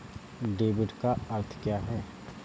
Debit का अर्थ क्या है?